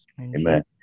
Amen